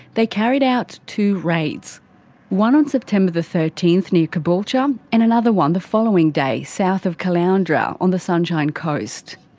they carried out two raids one on september the thirteenth near caboolture, um and another the following day south of caloundra on the sunshine coast.